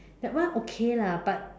that one okay lah but